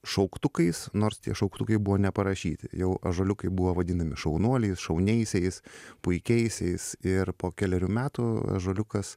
šauktukais nors tie šauktukai buvo neparašyti jau ąžuoliukai buvo vadinami šaunuoliais šauniaisiais puikiaisiais ir po kelerių metų ąžuoliukas